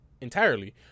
entirely